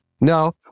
No